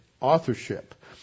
authorship